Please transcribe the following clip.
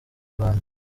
rwanda